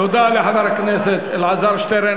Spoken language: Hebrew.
תודה לחבר הכנסת אלעזר שטרן.